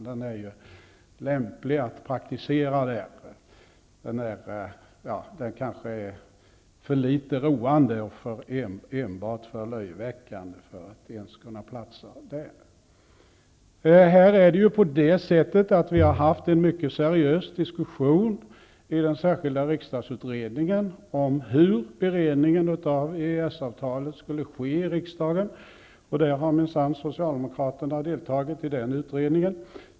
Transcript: Den är lämplig att praktisera. Men den är kanske för litet roande och enbart löjeväckande för att ens platsa där. Vi har haft en seriös diskussion i den särskilda riksdagsutredningen om hur beredningen av EES avtalet skall ske i riksdagen. Socialdemokraterna har minsann deltagit i den utredningen.